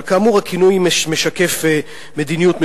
אבל כאמור, הכינוי משקף מדיניות מסוימת.